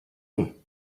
him